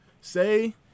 say